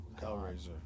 Hellraiser